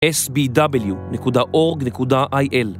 sbw.org.il